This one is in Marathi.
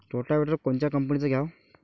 रोटावेटर कोनच्या कंपनीचं घ्यावं?